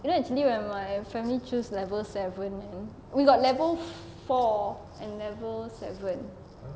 you know actually when my family choose level seven we got level four and level seven